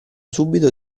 subito